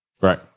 Right